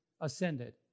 ascended